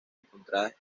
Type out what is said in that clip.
encontradas